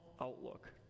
outlook